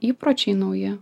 įpročiai nauji